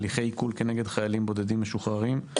הליכי עיקול כנגד חיילים בודדים משוחררים,